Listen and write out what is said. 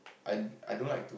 I I don't like to